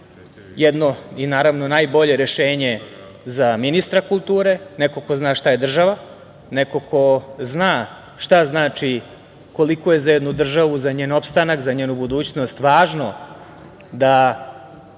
jedno i naravno najbolje rešenje za ministra kulture, neko ko zna šta je država, neko ko zna šta znači koliko je za jednu državu, za njen opstanak, za njenu budućnost važno da